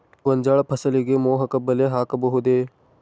ಗೋಂಜಾಳ ಫಸಲಿಗೆ ಮೋಹಕ ಬಲೆ ಹಾಕಬಹುದೇ?